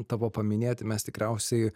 tavo paminėti mes tikriausiai